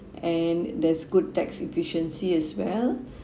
and there's good tax efficiency as well